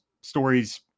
stories